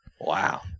Wow